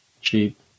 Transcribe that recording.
cheap